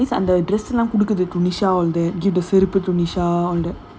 the thing I like about archana is அந்த:andha dress லாம் குடுக்கத்துக்கு:laam kudukathuku tunisha